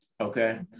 Okay